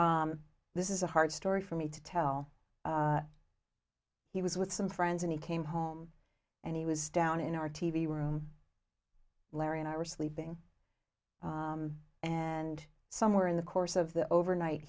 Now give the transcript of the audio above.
this is a hard story for me to tell he was with some friends and he came home and he was down in our t v room larry and i were sleeping and somewhere in the course of the over night